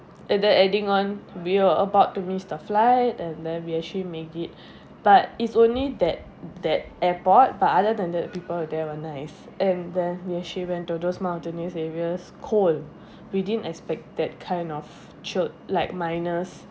and then adding on we were about to miss the flight and then we actually make it but it's only that that airport but other than that people there were nice and then we actually went to those mountainous areas cold we didn't expect that kind of chill like minus